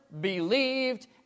believed